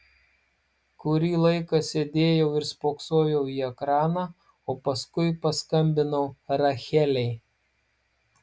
kurį laiką sėdėjau ir spoksojau į ekraną o paskui paskambinau rachelei